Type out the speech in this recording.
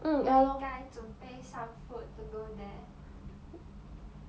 我们应该准备 some food to go there